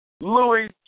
Louis